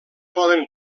poden